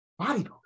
bodybuilding